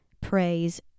Praise